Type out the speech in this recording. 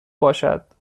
باشد